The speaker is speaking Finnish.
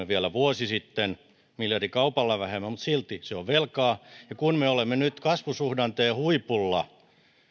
vielä vuosi sitten miljardikaupalla vähemmän mutta silti se on velkaa kun me olemme nyt kasvusuhdanteen huipulla